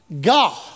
God